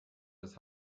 das